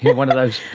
but one of those